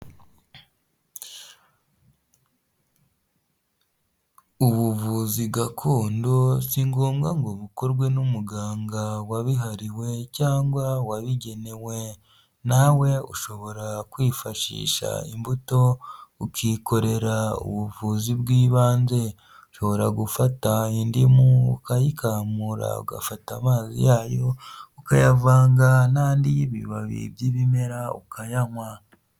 Ubuvuzi gakondo si ngombwa ngo bukorwe n'umuganga wabihariwe cyangwa wabigenewe, nawe ushobora kwifashisha imbuto ukikorera ubuvuzi bw'ibanze, ushobora gufata indimu ukayikamura, ugafata amazi yayo ukayavanga n'andi y'ibibabi by'ibimera ukayanywa.